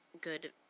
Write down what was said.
good